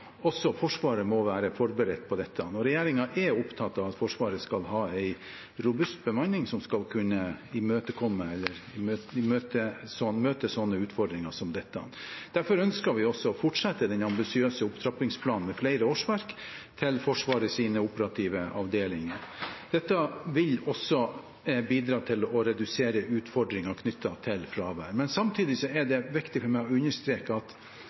også Forsvaret må være forberedt på dette. Regjeringen er opptatt av at Forsvaret skal ha en robust bemanning som skal kunne møte utfordringer som dette. Derfor ønsker vi også å fortsette den ambisiøse opptrappingsplanen med flere årsverk til Forsvarets operative avdelinger. Dette vil også bidra til å redusere utfordringer knyttet til fravær. Samtidig er det viktig for meg å understreke at